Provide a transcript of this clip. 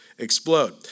Explode